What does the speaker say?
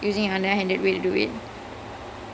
ya exactly ya